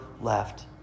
left